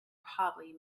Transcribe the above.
probably